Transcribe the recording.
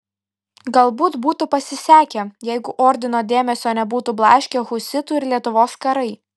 galbūt būtų pasisekę jeigu ordino dėmesio nebūtų blaškę husitų ir lietuvos karai